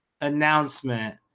announcement